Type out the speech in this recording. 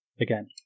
Again